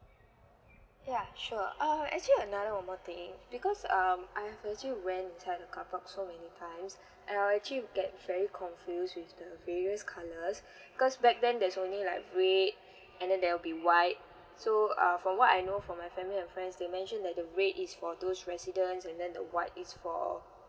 yeah sure uh actually another one more thing because um I have actually went inside the car park so many times and I've actually get very confused with the various colours because back then there's only like red and then there will be white so uh from what I know from my family and friends they mention that the red is for those residents and then the white is for